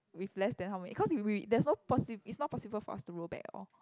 with less than how many cause we there's no posi~ it's not possible for us to roll back at all